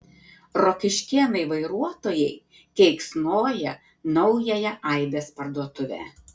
rokiškėnai vairuotojai keiksnoja naująją aibės parduotuvę